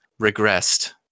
regressed